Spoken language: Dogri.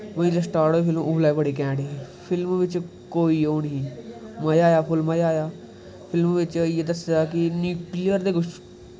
जिसलै स्टार्ट उसलै बड़ी कैंट ही फिल्म बिच्च कोई ओह् नेईं ही मज़ा आया फिल्म बिच्च मज़ा आया फिल्म बिच्च इ'यै दस्से दा हा कि नयूकलियर दे